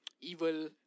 evil